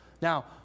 Now